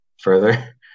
further